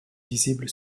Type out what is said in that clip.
visible